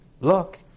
Look